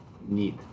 Neat